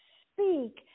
speak